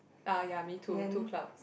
ah ya me too two clouds